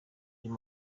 uyu